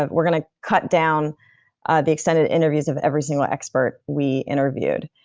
ah we're going to cut down the extended interviews of every single expert we interviewed,